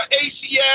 ACL